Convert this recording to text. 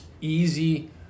easy